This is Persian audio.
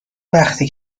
وقتی